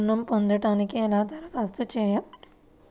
ఋణం పొందటానికి ఎలా దరఖాస్తు చేయాలి?